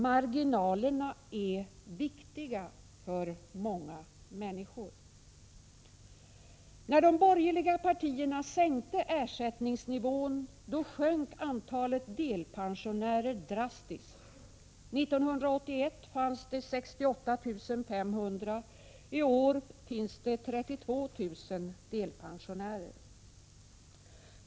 Marginalerna är viktiga för många människor. När de borgerliga partierna sänkte ersättningsnivån sjönk antalet delpensionärer drastiskt. 1981 fanns det 68 500. I år finns det 32 000 delpensionärer.